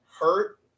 hurt